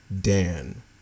Dan